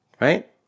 right